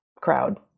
crowd